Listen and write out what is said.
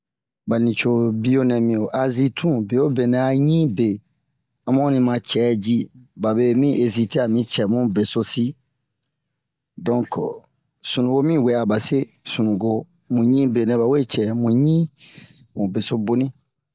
ɓa nucobiyo nɛ mi ho azi tun bewobe nɛ ɲi be amu onni ma cɛ ji ɓaɓe mi ezite ami cɛmu besosi donk sunuwo mi wɛ'a ɓa se sunuwo mu ɲi be nɛ ɓawe cɛ mu ɲi mu beso boni